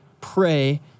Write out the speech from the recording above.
pray